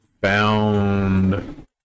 Found